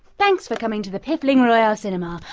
thanks for coming to the piffling royale cinema,